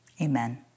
Amen